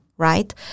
Right